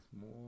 more